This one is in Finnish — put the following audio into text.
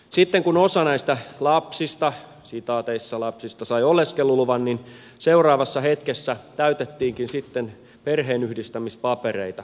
sitten kun osa näistä lapsista sai oleskeluluvan niin seuraavassa hetkessä täytettiinkin sitten perheenyhdistämispapereita